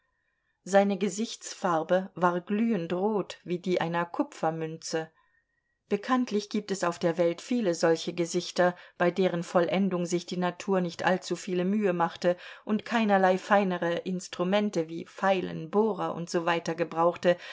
seine gesichtsfarbe war glühend rot wie die einer kupfermünze bekanntlich gibt es auf der welt viele solche gesichter bei deren vollendung sich die natur nicht allzu viele mühe machte und keinerlei feinere instrumente wie feilen bohrer usw gebrauchte